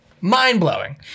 Mind-blowing